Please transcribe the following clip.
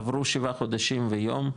עברו שבעה חודשים ויום,